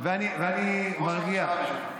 ראש הממשלה, ברשותך.